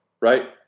right